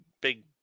big